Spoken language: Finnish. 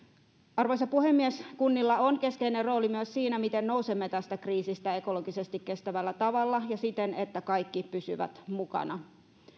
arvoisa puhemies kunnilla on keskeinen rooli myös siinä miten nousemme tästä kriisistä ekologisesti kestävällä tavalla ja siten että kaikki pysyvät mukana